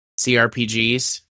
CRPGs